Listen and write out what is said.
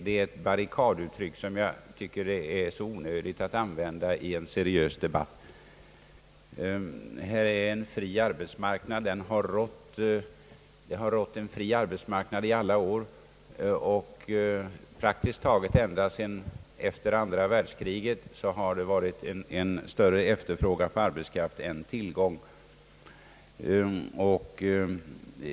Det är ett barrikaduttryck som jag tycker är onödigt att använda i en se riös debatt. Här har rått en fri arbetsmarknad i alla år. Praktiskt taget ända sedan andra världskrigets slut har det varit större efterfrågan på arbetskraft än tillgång.